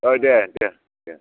औ दे दे दे